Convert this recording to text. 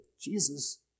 Jesus